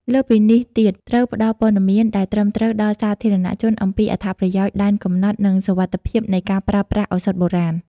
លើសពីនេះទៀត ត្រូវផ្ដល់ព័ត៌មានដែលត្រឹមត្រូវដល់សាធារណជនអំពីអត្ថប្រយោជន៍ ដែនកំណត់ និងសុវត្ថិភាពនៃការប្រើប្រាស់ឱសថបុរាណ។